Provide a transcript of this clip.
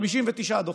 59 דוחות.